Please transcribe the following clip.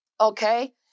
Okay